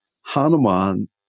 Hanuman